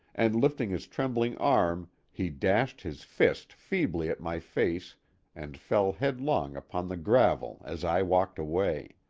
and lifting his trembling arm he dashed his fist feebly at my face and fell headlong upon the gravel as i walked away.